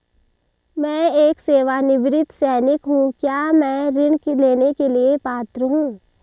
मैं एक सेवानिवृत्त सैनिक हूँ क्या मैं ऋण लेने के लिए पात्र हूँ?